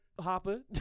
hopper